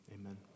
amen